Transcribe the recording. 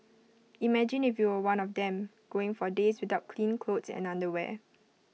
imagine if you were one of them going for days without clean clothes and underwear